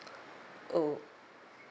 oh